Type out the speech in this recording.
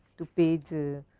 to page